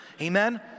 amen